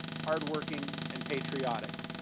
hard-working, and patriotic.